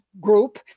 group